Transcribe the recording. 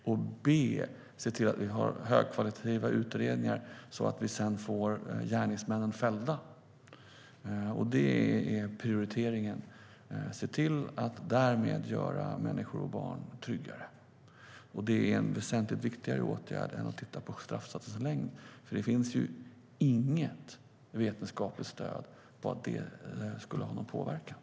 För det andra ska vi se till att ha högkvalitativa utredningar så att vi får gärningsmännen fällda. Det är prioriteringen för att se till att göra människor och barn tryggare. Det är en väsentligt viktigare åtgärd än att titta på straffsatslängden. Det finns nämligen inget vetenskapligt stöd för att det skulle ha någon påverkan.